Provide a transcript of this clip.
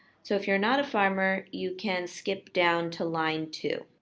so if you're not a farmer, you can skip down to line two.